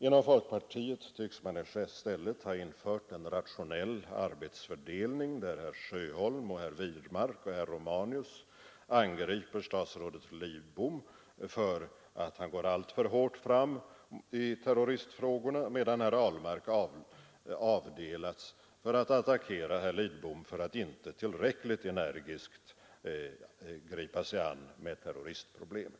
Inom folkpartiet tycks man i stället ha infört en rationell arbetsfördelning, där herr Sjöholm, herr Wirmark och herr Romanus angriper statsrådet Lidbom för att han går alltför hårt fram i terroristfrågorna, medan herr Ahlmark har avdelats för att attackera herr Lidbom för att inte tillräckligt energiskt gripa sig an med terroristproblemen.